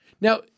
now